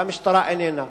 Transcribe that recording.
והמשטרה איננה.